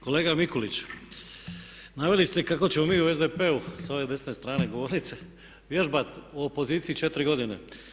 Kolega Mikulić, naveli ste kako ćemo mi u SDP-u sa ove desne strane govornice vježbat u opoziciji 4 godine.